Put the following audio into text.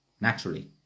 naturally